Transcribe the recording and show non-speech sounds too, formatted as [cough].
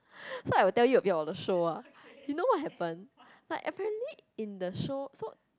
[breath] so I will tell you a bit of the show ah you know what happened like apparently in the show so